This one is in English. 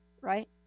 right